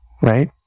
right